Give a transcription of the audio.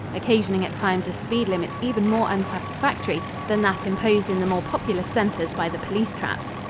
occasioning at times a speed limit even more unsatisfactory than that imposed in the more populous centers by the police traps.